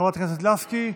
חברי הכנסת לסקי,